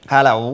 Hello